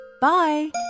Bye